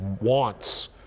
wants